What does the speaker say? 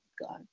God